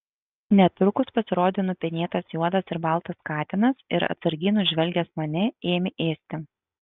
netrukus pasirodė nupenėtas juodas ir baltas katinas ir atsargiai nužvelgęs mane ėmė ėsti